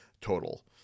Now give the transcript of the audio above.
total